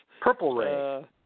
Purple-ray